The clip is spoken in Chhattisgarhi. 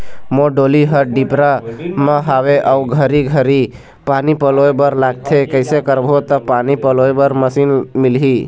मोर डोली हर डिपरा म हावे अऊ घरी घरी पानी पलोए बर लगथे कैसे करबो त पानी पलोए बर मशीन मिलही?